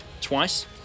twice